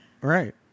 right